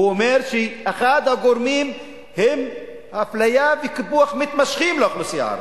אומר שאחד הגורמים הוא אפליה וקיפוח מתמשכים של האוכלוסייה הערבית,